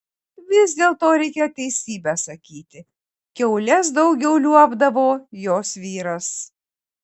vis dėlto reikia teisybę sakyti kiaules daugiau liuobdavo jos vyras